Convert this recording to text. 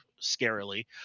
scarily